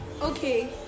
okay